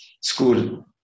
school